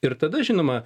ir tada žinoma